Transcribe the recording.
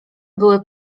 były